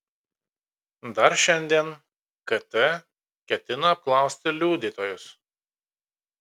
dar šiandien kt ketina apklausti liudytojus